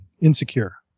insecure